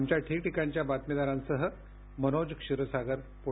आमच्या ठिकठिकाणच्या बातमीदारांसह मनोज क्षीरसागर पुणे